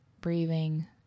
breathing